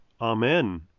Amen